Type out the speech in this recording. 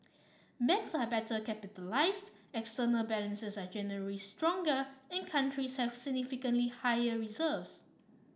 banks are better capitalised external balances are generally stronger and countries have significantly higher reserves